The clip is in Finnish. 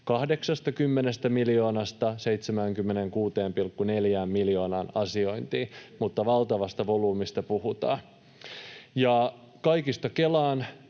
80 miljoonasta 76,4 miljoonaan asiointiin, mutta valtavasta volyymista puhutaan. Kaikista Kelaan